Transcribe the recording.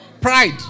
Pride